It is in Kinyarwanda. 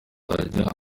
azajya